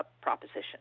proposition